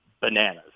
bananas